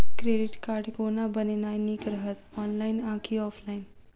Credit card कोना बनेनाय नीक रहत? ऑनलाइन आ की ऑफलाइन?